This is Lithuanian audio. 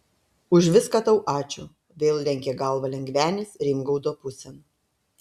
už viską tau ačiū vėl lenkė galvą lengvenis rimgaudo pusėn